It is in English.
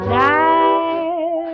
die